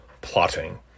plotting